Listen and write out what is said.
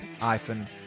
iPhone